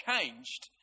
changed